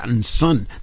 son